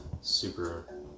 super